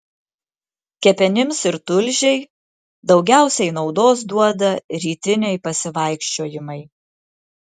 kepenims ir tulžiai daugiausiai naudos duoda rytiniai pasivaikščiojimai